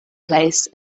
place